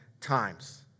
times